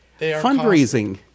Fundraising